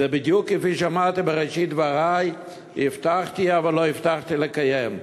זה בדיוק כפי שאמרתי בראשית דברי: הבטחתי אבל לא הבטחתי לקיים.